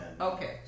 Okay